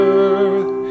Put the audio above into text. earth